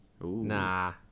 Nah